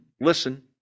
listen